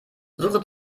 suche